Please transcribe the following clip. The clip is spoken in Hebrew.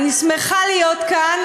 אני שמחה להיות כאן,